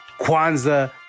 Kwanzaa